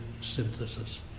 synthesis